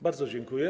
Bardzo dziękuję.